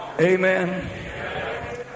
Amen